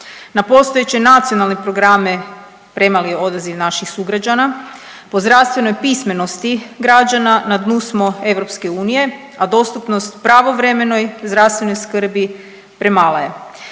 na postojeće nacionalne programe premali je odaziv naših sugrađana, po zdravstvenoj pismenosti građana na dnu smo EU, a dostupnost pravovremeno zdravstvenoj skrbi premala je.